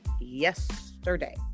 yesterday